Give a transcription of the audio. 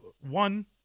one